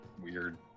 weird